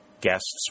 Guests